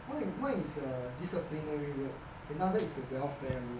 one is one is a disciplinary road another is a welfare rule